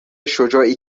شجاعی